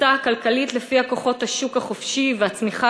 התפיסה הכלכלית שלפיה כוחות השוק החופשי והצמיחה